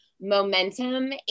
momentum